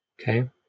Okay